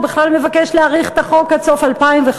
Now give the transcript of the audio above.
הוא בכלל מבקש להאריך את החוק עד סוף 2015,